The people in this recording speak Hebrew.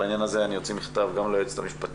בעניין הזה אני אוציא מכתב גם ליועץ המשפטי